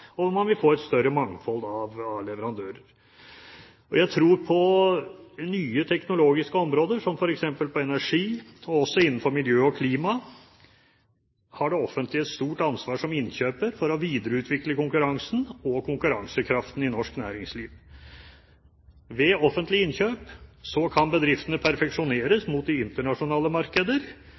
og man vil få et større mangfold av leverandører. Jeg tror at på nye teknologiske områder, som f.eks. innenfor energi, og også innenfor miljø og klima, har det offentlige et stort ansvar som innkjøper for å videreutvikle konkurransen og konkurransekraften i norsk næringsliv. Ved offentlige innkjøp kan bedriftene perfeksjoneres mot de internasjonale markeder,